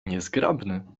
niezgrabny